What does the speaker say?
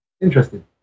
Interesting